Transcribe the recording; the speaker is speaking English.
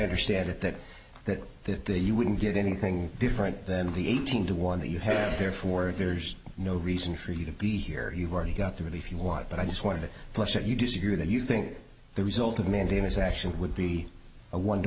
understand it that that that they you wouldn't get anything different than the eighteen to one that you had therefore there's no reason for you to be here you've already got through it if you want but i just wanted to push that you disagree with and you think the result of mandamus action would be a one to